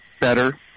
better